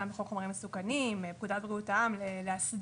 בחוק חומרים מסוכנים ובפקודת בריאות העם להסדיר,